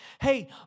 Hey